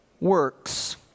works